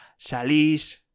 salís